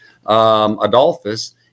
Adolphus